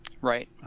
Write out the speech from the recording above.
Right